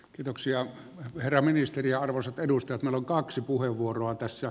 kiitoksia herra ministeriä arvoisat edustajat manu kaksi puheenvuoroa tässä